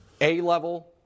A-level